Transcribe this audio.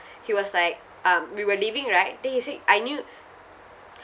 he was like um we were leaving right then he said I knew